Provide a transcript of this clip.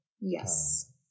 Yes